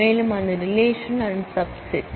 மேலும் அந்த ரிலேஷன் அதன் சப் செட்